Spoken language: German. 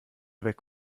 weg